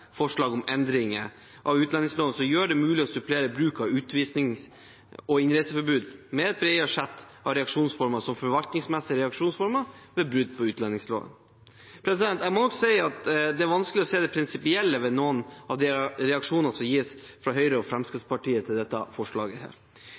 forslag om endringer i utlendingsloven som gjør det mulig å supplere bruk av utvisning og innreiseforbud med et bredere sett av reaksjonsformer, som forvaltningsmessige reaksjonsformer, ved brudd på utlendingsloven. Jeg må også si at det er vanskelig å se det prinsipielle ved noen av reaksjonene fra Høyre og Fremskrittspartiet på dette forslaget. De mener at forslaget vil være ressurskrevende å gjennomføre og